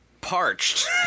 parched